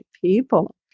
people